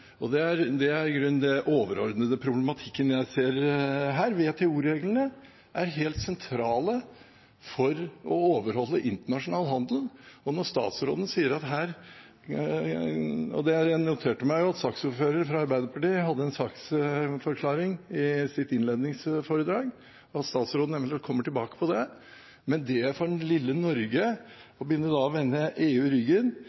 og det er i grunnen den overordnede problematikken jeg ser her. WTO-reglene er helt sentrale for å overholde internasjonal handel. Og statsråden sier her – og jeg noterte meg at saksordføreren fra Arbeiderpartiet hadde en saksforklaring i sitt innledningsforedrag – at man eventuelt kommer tilbake til det. Men for lille Norge å begynne å vende EU ryggen